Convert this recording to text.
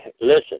listen